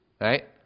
Right